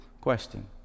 question